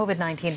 COVID-19